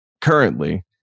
currently